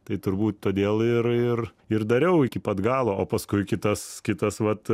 tai turbūt todėl ir ir ir dariau iki pat galo o paskui kitas kitas vat